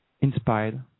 inspired